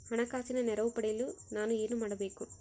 ಹಣಕಾಸಿನ ನೆರವು ಪಡೆಯಲು ನಾನು ಏನು ಮಾಡಬೇಕು?